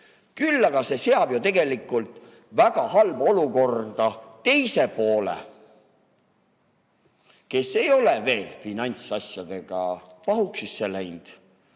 välja]. See seab tegelikult väga halba olukorda teise poole, kes ei ole veel finantsasjadega pahuksisse läinud.